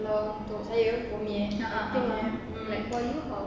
kalau untuk saya for me eh I think eh